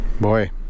Boy